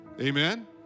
Amen